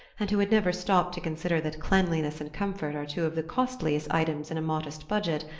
and who had never stopped to consider that cleanliness and comfort are two of the costliest items in a modest budget,